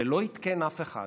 ולא עדכן אף אחד